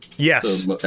Yes